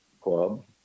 club